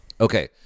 Okay